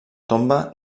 tomba